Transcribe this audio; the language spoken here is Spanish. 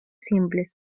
simples